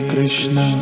Krishna